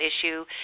issue